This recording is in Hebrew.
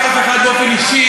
אני לא תוקף אף אחד באופן אישי.